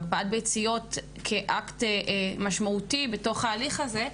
הקפאת ביציות כאקט משמעותי בתוך ההליך הזה.